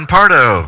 Pardo